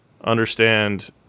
understand